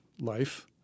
life